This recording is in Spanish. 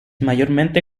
mayormente